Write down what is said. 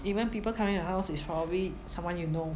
even people coming to your house is probably someone you know